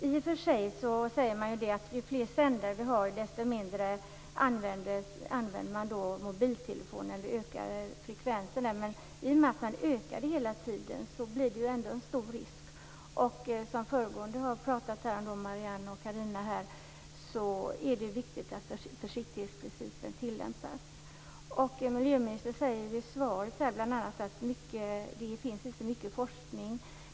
I och för sig sägs det att ju fler sändare som finns desto mindre ökar frekvensen. Men i och med att det hela tiden sker en ökning blir det ändå en stor risk. Som föregående talare, Marianne Andersson och Carina Hägg, har sagt är det viktigt att försiktighetsprincipen tillämpas. Miljöministern säger i svaret bl.a. att det inte finns så mycket forskning.